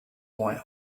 white